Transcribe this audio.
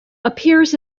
appears